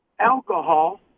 alcohol